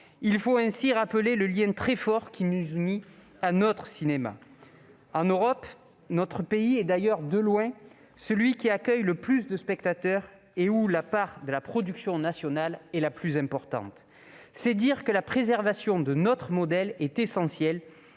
Il faut ainsi rappeler le lien très fort qui nous unit à notre cinéma. En Europe, notre pays est de loin celui qui accueille le plus de spectateurs et où la part de la production nationale est la plus importante. C'est dire que la préservation de notre modèle est essentielle,